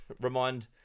Remind